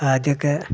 ആദ്യമൊക്കെ